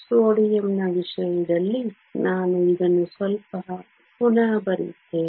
ಸೋಡಿಯಂನ ವಿಷಯದಲ್ಲಿ ನಾನು ಇದನ್ನು ಸ್ವಲ್ಪ ಪುನಃ ಬರೆಯುತ್ತೇನೆ